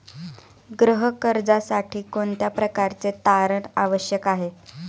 गृह कर्जासाठी कोणत्या प्रकारचे तारण आवश्यक आहे?